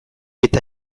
eta